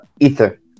Ether